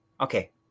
Okay